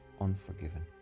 unforgiven